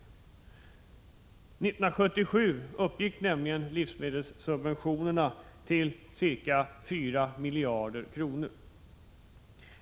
1977 uppgick nämligen livsmedelssubventionerna till ca 4 miljarder kronor.